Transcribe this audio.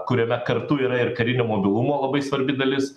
kuriame kartu yra ir karinio mobilumo labai svarbi dalis